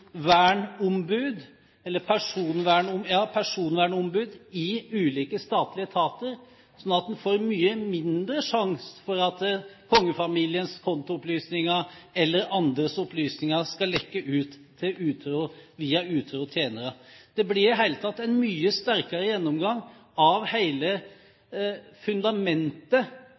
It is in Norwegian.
kontoopplysninger eller andres opplysninger skal lekke ut via utro tjenere. Det blir i det hele tatt en mye sterkere gjennomgang av hele fundamentet